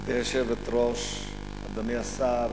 גברתי היושבת-ראש, אדוני השר,